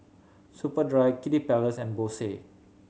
Superdry Kiddy Palace and Bose